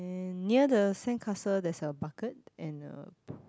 and near the sandcastle theres a bucket and a